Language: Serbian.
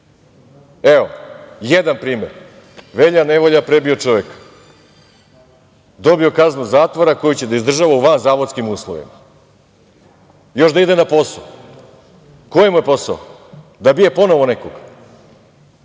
Evo, jedan primer. Velja nevolja prebio čoveka, dobio kaznu zatvora koju će da izdržava u vanzadovskim uslovima, još da ide na posao. Koji mu je posao? Da bije ponovo nekog?